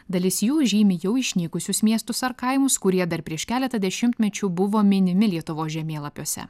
dalis jų žymi jau išnykusius miestus ar kaimus kurie dar prieš keletą dešimtmečių buvo minimi lietuvos žemėlapiuose